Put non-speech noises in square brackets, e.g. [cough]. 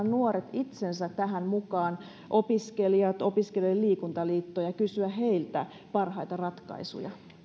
[unintelligible] nuoret itsensä tähän mukaan opiskelijat opiskelijoiden liikuntaliitto ja kysyä heiltä parhaita ratkaisuja